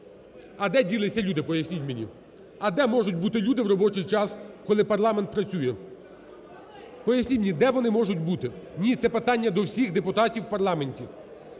А де ділися люди, поясніть мені? А де можуть бути люди в робочий час, коли парламент працює? Поясніть мені, де вони можуть бути? Ні, це питання до всіх депутатів в парламенті,